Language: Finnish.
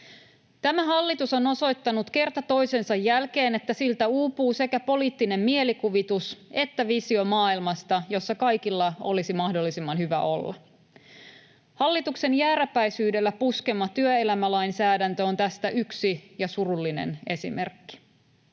Tämä hallitus on osoittanut kerta toisensa jälkeen, että siltä uupuu sekä poliittinen mielikuvitus että visio maailmasta, jossa kaikilla olisi mahdollisimman hyvä olla. Hallituksen jääräpäisyydellä puskema työelämälainsäädäntö on tästä yksi, ja surullinen, esimerkki.